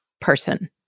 person